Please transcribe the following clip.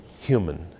human